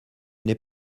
n’est